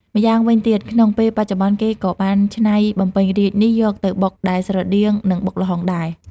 ម្យ៉ាងវិញទៀត ក្នុងពេលបច្ចុប្បន្នគេក៏បានច្នៃ បំពេញរាជ្យនេះយកទៅបុកដែលស្រដៀងនឹងបុកល្ហុងដែរ។